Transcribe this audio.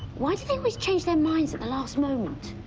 why do they always change their minds at the last moment?